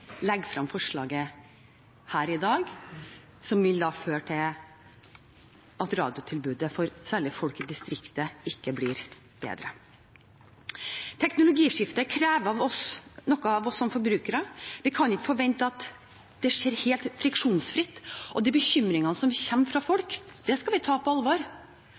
forslaget her i dag, som vil føre til at radiotilbudet særlig for folk i distriktet ikke blir bedre. Teknologiskiftet krever noe av oss som forbrukere. Vi kan ikke forvente at det skjer helt friksjonsfritt, og de bekymringene som kommer fra folk, skal vi ta på alvor.